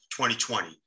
2020